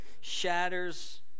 shatters